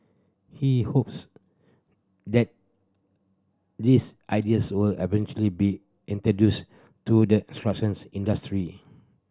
he hopes that these ideas will eventually be introduced to the struction industry